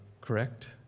correct